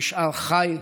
נשאר חי,